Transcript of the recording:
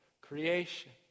creation